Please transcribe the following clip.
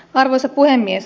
arvoisa puhemies